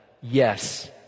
yes